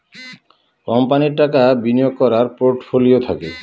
কোম্পানির টাকা বিনিয়োগ করার পোর্টফোলিও থাকে